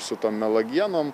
su tom melagienom